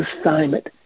assignment